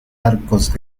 arcos